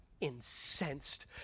incensed